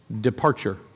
departure